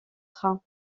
trains